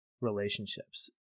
relationships